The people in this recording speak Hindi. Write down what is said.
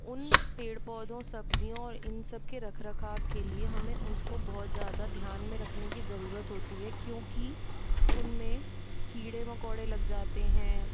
उन पेड़ पौधों सब्जियों और इन सबके रख रखाव के लिए हमें उसको बहुत ज्यादा ध्यान में रखने की जरूरत होती है क्योंकि उनमें कीड़े मकौड़े लग जाते हैं